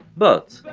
but,